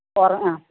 കുറെ ആ